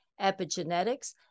epigenetics